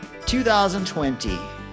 2020